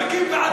מקים ועדה,